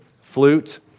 flute